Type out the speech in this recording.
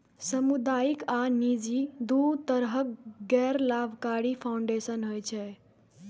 सामुदायिक आ निजी, दू तरहक गैर लाभकारी फाउंडेशन होइ छै